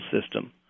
system